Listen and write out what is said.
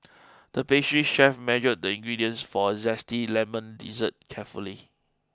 the pastry chef measured the ingredients for a zesty lemon dessert carefully